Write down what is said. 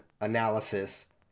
analysis